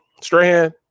Strahan